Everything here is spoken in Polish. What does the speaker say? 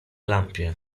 lampie